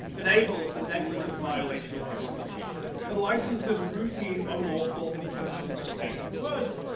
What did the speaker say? enables the negligent violation of the constitution, and licenses routine unlawful infliction of state coersion.